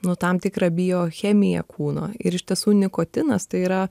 nu tam tikrą biochemiją kūno ir iš tiesų nikotinas tai yra